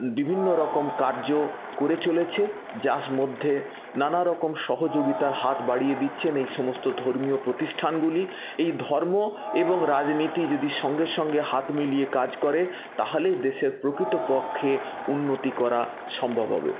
বিভিন্ন রকম কার্য করে চলেছে যার মধ্যে নানা রকম সহযোগিতার হাত বাড়িয়ে দিচ্ছেন এই সমস্ত ধর্মীয় প্রতিষ্ঠানগুলি এই ধর্ম এবং রাজনীতি যদি সঙ্গে সঙ্গে হাত মিলিয়ে কাজ করে তাহালেই দেশের প্রকৃতপক্ষে উন্নতি করা সম্ভব হবে